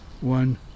one